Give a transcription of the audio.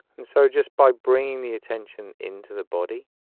and so just by bringing the attention into the body.